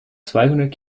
zweihundert